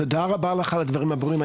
תודה רבה לך על הדברים הברורים.